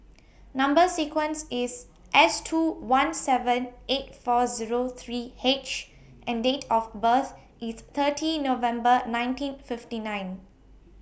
Number sequence IS S two one seven eight four Zero three H and Date of birth IS thirty November nineteen fifty nine